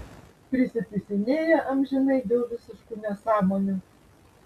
prisipisinėja amžinai dėl visiškų nesąmonių